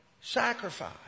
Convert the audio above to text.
sacrifice